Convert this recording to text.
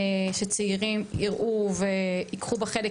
שצעירים יראו וייקחו בה חלק,